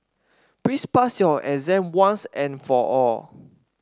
please pass your exam once and for all